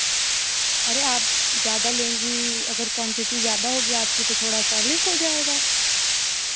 अरे आप ज़्यादा लेंगी अगर क्वान्टिटी ज़्यादा होगी आपकी तो थोड़ा सा लेस हो जाएगा